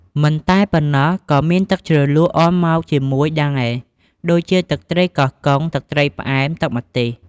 មិនតែប៉ុណ្ណោះ ក៏មានទឹកជ្រលក់អមមកជាមួយដែរ ដូចជា ទឹកត្រីកោះកុង ទឹកត្រីផ្អែម ទឹកម្ទេស។